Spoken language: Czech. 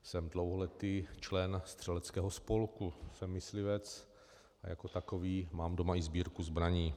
Jsem dlouholetý člen střeleckého spolku, jsem myslivec a jako takový mám doma i sbírku zbraní.